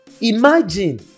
imagine